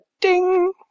ding